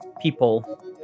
people